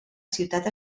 ciutat